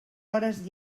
hores